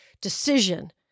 decision